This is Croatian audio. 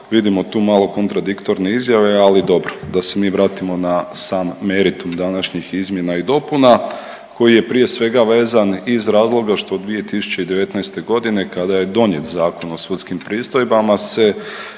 Vidimo tu malo kontradiktorne izjave, ali dobro da se mi vratimo na sam meritum današnjih izmjena i dopuna koji je prije svega vezan iz razloga što 2019. godine kada je donijet Zakon o sudskim pristojbama se